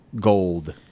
gold